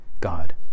God